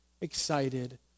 excited